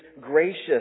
gracious